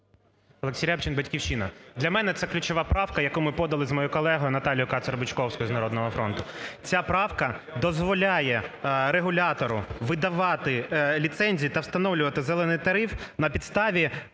Олексій Рябчин, "Батьківщина". Для мене це ключова правка, яку ми подали з моєю колегою Наталею Кацер-Бучковською, з "Народного фронту". Ця правка дозволяє регулятору видавати ліцензії та встановлювати "зелений тариф" на підставі